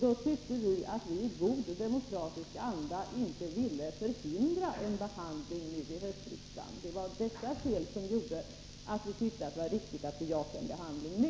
Då ville vi i god demokratisk anda inte förhindra en behandling under höstriksdagen. Det var dessa skäl som gjorde att vi tyckte att det var riktigt att ha en behandling nu.